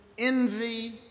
Envy